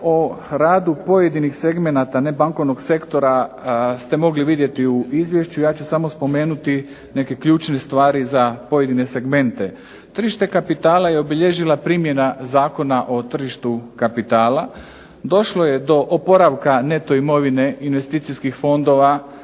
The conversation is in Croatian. o radu pojedinih segmenata nebankovnog sektora ste mogli vidjeti u izvješću. Ja ću samo spomenuti neke ključne stvari za pojedine segmente. Tržište kapitala je obilježila primjena Zakona o tržištu kapitala, došlo je do oporavka neto imovine investicijskih fondova